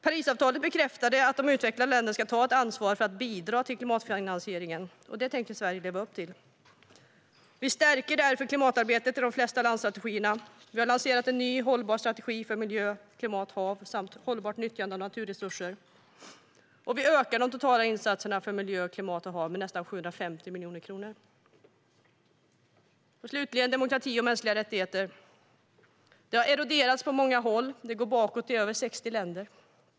Parisavtalet bekräftade att de utvecklade länderna ska ta ett ansvar för att bidra till klimatfinansieringen, och det tänker Sverige leva upp till. Vi stärker därför klimatarbetet i de flesta landstrategierna. Vi har lanserat en ny hållbar strategi för miljö, klimat, hav samt hållbart nyttjande av naturresurser, och vi ökar de totala insatserna för miljö, klimat och hav med nästan 750 miljoner kronor. Slutligen har demokrati och mänskliga rättigheter eroderat på många håll. Det går bakåt i över 60 länder.